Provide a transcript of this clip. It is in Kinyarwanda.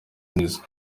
nizzo